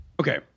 Okay